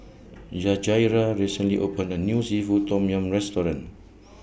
Yajaira recently opened A New Seafood Tom Yum Restaurant